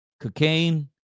cocaine